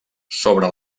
sobre